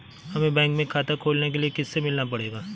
हमे बैंक में खाता खोलने के लिए किससे मिलना पड़ेगा?